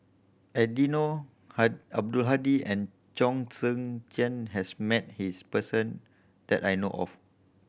Eddino Abdul Hadi and Chong Tze Chien has met his person that I know of